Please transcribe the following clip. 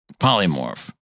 Polymorph